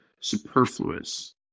superfluous